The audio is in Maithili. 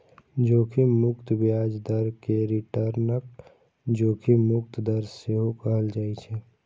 जोखिम मुक्त ब्याज दर कें रिटर्नक जोखिम मुक्त दर सेहो कहल जाइ छै